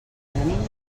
venim